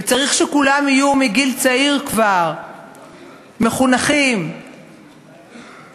וצריך שכולם יהיו כבר מחונכים מגיל צעיר,